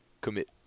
commit